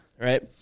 right